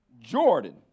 Jordan